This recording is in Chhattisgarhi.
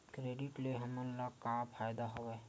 क्रेडिट ले हमन ला का फ़ायदा हवय?